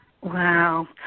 Wow